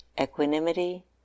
equanimity